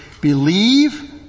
Believe